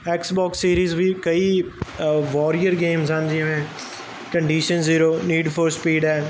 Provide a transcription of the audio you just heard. X box series ਵੀ ਕਈ warrior games ਹਨ ਜਿਵੇਂ condition zero need for speed ਹੈ